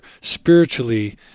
spiritually